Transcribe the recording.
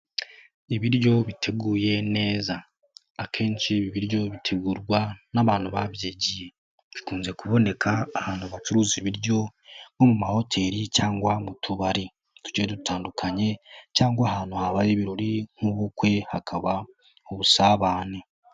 Ibiryo biteguye neza akenshi ibi biryo bitegurwa n'abantu babyigiye, bikunze kuboneka ahantu bacuruza ibiryo nko mu mahoteli, cyangwa mu tubari tucgiye dutandukanye cyangwa ahantu habaye ibirori nk'ubukwe hakaba ubusabane.